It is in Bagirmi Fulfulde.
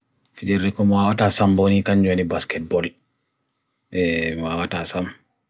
Fidi riku mo'awata asam boni ikanyu any basket boni, mo'awata asam.